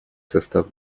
состав